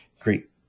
great